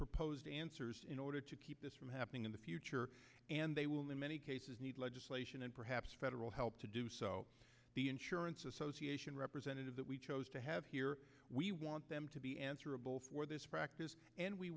proposed answers in order to keep this from happening in the future and they will in many cases need legislation and perhaps federal help to do so the insurance association representative that we chose to have here we want them to be answerable for this